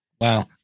Wow